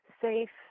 safe